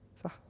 Sah